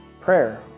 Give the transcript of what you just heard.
prayer